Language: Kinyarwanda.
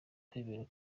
kwemera